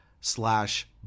slash